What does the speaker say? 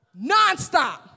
Nonstop